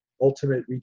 ultimate